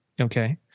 Okay